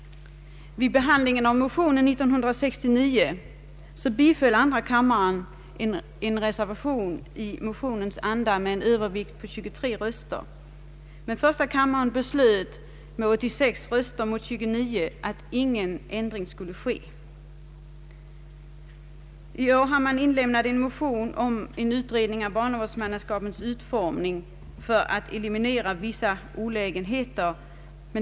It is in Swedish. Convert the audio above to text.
Vid behandlingen av denna motion 1969 biföll andra kammaren en reservation i motionens anda med en övervikt av 23 röster, men första kammaren beslöt med 86 röster mot 29 att ingen ändring skulle ske. I år har avlämnats en motion om utredning av barnavårdsmannaskapets utformning för att eliminera vissa olägenheter.